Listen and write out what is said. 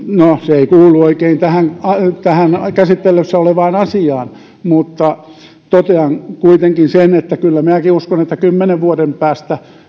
no se ei oikein kuulu tähän käsittelyssä olevaan asiaan mutta totean kuitenkin sen että kyllä minäkin uskon että kymmenen vuoden päästä